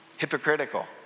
Hypocritical